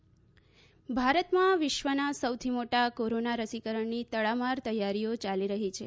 ર સીકરણ ભારતમાં વિશ્વના સૌથી મોટા કોરોના રસીકરણની તડામાર તૈયારીઓ યાલી રહી છે